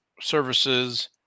services